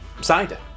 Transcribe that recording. cider